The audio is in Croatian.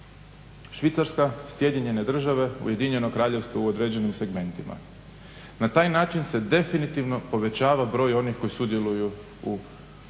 Švicarska, SAD, Ujedinjeno Kraljevstvo u određenim segmentima na taj način se definitivno povećava broj onih koji sudjeluju u izbornom